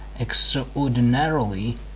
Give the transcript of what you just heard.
extraordinarily